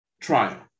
trial